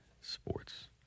sports